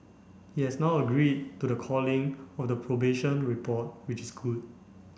he has now agreed to the calling of the probation report which is good